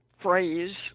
phrase